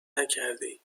نکردی